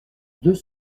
deux